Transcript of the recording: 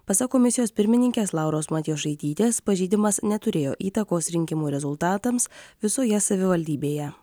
pasak komisijos pirmininkės lauros matijošaitytės pažeidimas neturėjo įtakos rinkimų rezultatams visoje savivaldybėje